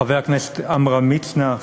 חבר הכנסת עמרם מצנע,